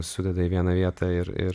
sudeda į vieną vietą ir ir